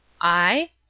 I